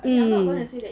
mm